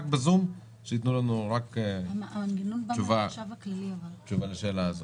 רק בזום, שייתנו לנו רק תשובה לשאלה הזאת.